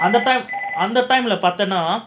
அது தான் அது தான் பார்த்தேனா:adhu thaan adhu thaan paarthaenaa